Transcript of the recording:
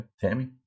tammy